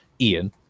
Ian